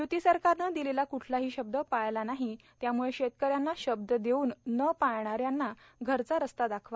य्ती सरकारनं दिलेला क्ठलाही शब्द पाळला नाही त्याम्ळं शेतकऱ्यांना शब्द देऊन न पाळणाऱ्याना घरचा रस्ता दाखवा